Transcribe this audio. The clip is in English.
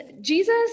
Jesus